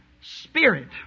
Spirit